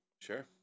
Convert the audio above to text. Sure